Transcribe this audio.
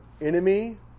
enemy